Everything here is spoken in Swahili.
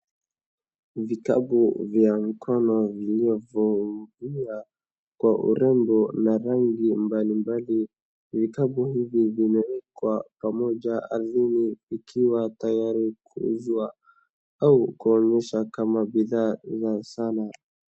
Vikapu vya mkono viliovyo mpira kwa urembo na rangi mbalimbali. Vikapu hivi vimeekwa pamoja ardhini zikiwa tayari kuuzwa au kuonyeshwa kama bidhaa za sanaa.